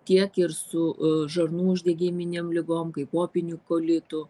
tiek ir su žarnų uždegiminėm ligom kaip opiniu kolitu